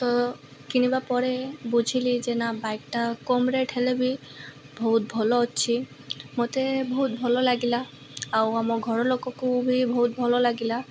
ତ କିଣିବା ପରେ ବୁଝିଲି ଯେ ନା ବାଇକ୍ଟା କମ୍ ରେଟ୍ ହେଲେ ବି ବହୁତ ଭଲ ଅଛି ମୋତେ ବହୁତ ଭଲ ଲାଗିଲା ଆଉ ଆମ ଘରଲୋକକୁ ବି ବହୁତ ଭଲ ଲାଗିଲା